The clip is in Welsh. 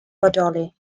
bodoli